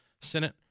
Senate